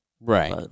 Right